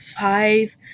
five